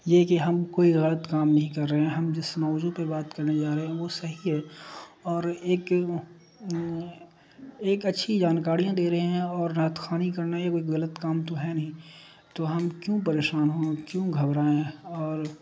یہ کہ ہم کوئی غلط کام نہیں کر رہے ہیں ہم جس موجوع پہ بات کرنے جا رہے ہیں وہ صحیح ہے اور ایک ایک اچھی جانکاریاں دے رہے ہیں اور رت خانی کرنا یا کوئی غلط کام تو ہے نہیں تو ہم کیوں پریشان ہوں کیوں گھبریں اور